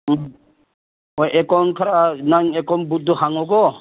ꯎꯝ ꯍꯣꯏ ꯑꯦꯀꯥꯎꯟ ꯈꯔ ꯅꯪ ꯑꯦꯀꯥꯎꯟ ꯕꯨꯠꯇꯨ ꯍꯥꯡꯉꯣꯀꯣ